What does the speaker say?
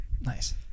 nice